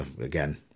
again